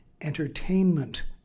entertainment